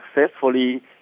successfully